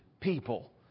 people